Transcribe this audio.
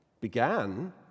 began